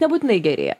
nebūtinai gerėja